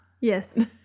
Yes